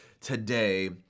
today